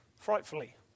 frightfully